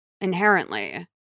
inherently